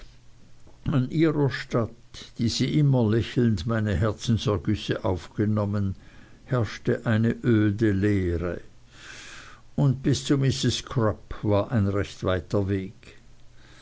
an ihrer statt die sie immer lächelnd meine herzensergüsse aufgenommen herrschte eine öde leere und bis zu mrs crupp war ein recht weiter weg